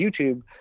YouTube